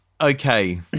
Okay